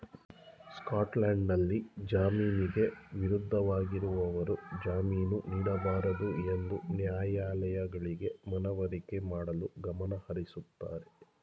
ಸ್ಕಾಟ್ಲ್ಯಾಂಡ್ನಲ್ಲಿ ಜಾಮೀನಿಗೆ ವಿರುದ್ಧವಾಗಿರುವವರು ಜಾಮೀನು ನೀಡಬಾರದುಎಂದು ನ್ಯಾಯಾಲಯಗಳಿಗೆ ಮನವರಿಕೆ ಮಾಡಲು ಗಮನಹರಿಸುತ್ತಾರೆ